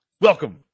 Welcome